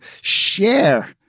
share